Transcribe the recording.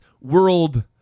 World